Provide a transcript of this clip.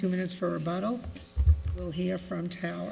two minutes for a bottle here from town